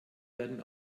werden